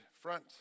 front